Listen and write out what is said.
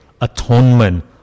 atonement